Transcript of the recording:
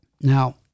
Now